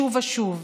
שוב ושוב: